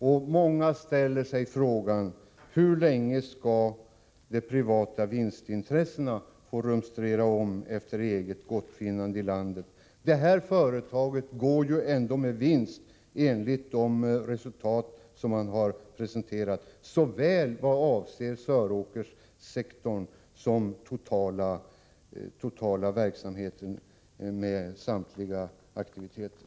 Många ställer frågan: Hur länge skall de privata vinstintressena få rumstera om efter eget gottfinnande i landet? Gullfiber går ju med vinst enligt det resultat som har presenterats, såväl Söråkerssektorn som den totala verksamheten med samtliga aktiviteter.